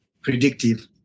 predictive